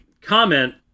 comment